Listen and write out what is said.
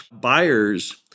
buyers